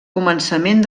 començament